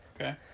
Okay